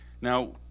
Now